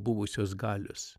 buvusios galios